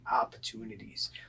opportunities